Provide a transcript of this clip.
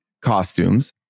costumes